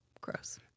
gross